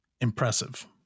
Impressive